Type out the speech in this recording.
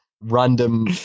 random